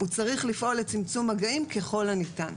הוא צריך לפעול לצמצום המגעים ככל הניתן.